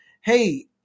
Hey